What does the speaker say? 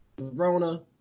Rona